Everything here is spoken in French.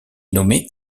nommé